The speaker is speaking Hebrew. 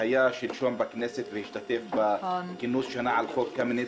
שהיה שלשום בכנסת והשתתף בכינוס: שנה על חוק קמיניץ.